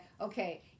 okay